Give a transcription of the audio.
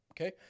Okay